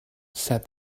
said